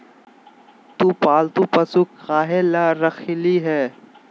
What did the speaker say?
तु पालतू पशु काहे ला रखिली हें